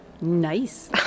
Nice